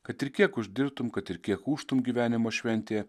kad ir kiek uždirbtum kad ir kiek ūžtum gyvenimo šventėje